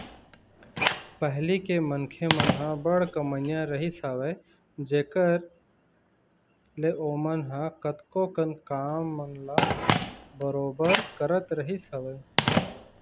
पहिली के मनखे मन ह बड़ कमइया रहिस हवय जेखर ले ओमन ह कतको कन काम मन ल बरोबर करत रहिस हवय